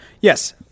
Yes